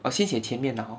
我先写前面 lah hor